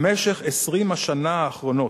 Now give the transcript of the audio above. במשך 20 השנה האחרונות,